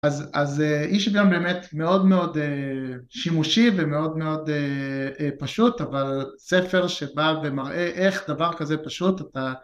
אז אי שוויון באמת מאוד מאוד שימושי ומאוד מאוד פשוט אבל ספר שבא ומראה איך דבר כזה פשוט אתה